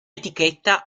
etichetta